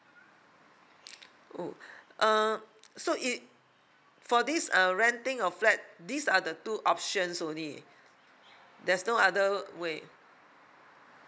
oh uh so it for this uh renting of flat these are the two options only there's no other way